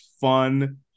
fun